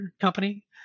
company